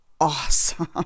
awesome